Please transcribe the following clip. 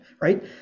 right